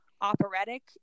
operatic